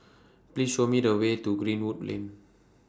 Please Show Me The Way to Greenwood Lane